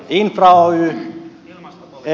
infra oy ei